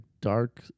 dark